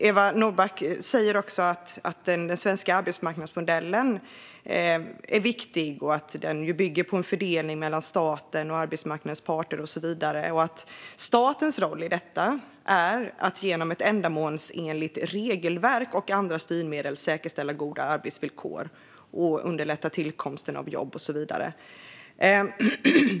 Eva Nordmark säger att den svenska arbetsmarknadsmodellen är viktig, att den bygger på en fördelning mellan staten och arbetsmarknadens parter och så vidare och att statens roll i detta är att genom ett ändamålsenligt regelverk och andra styrmedel säkerställa goda arbetsvillkor, underlätta tillkomsten av jobb och så vidare.